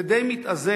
זה די מתאזן,